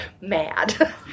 mad